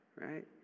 Right